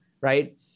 right